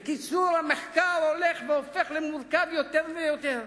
בקיצור, המחקר הולך והופך למורכב יותר ויותר,